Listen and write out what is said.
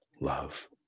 love